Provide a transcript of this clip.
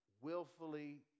willfully